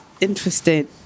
interesting